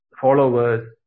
followers